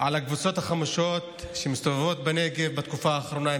על הקבוצות החמושות שמסתובבות בנגב בתקופה האחרונה,